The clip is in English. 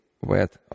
wet